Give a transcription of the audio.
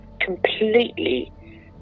completely